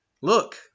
look